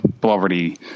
poverty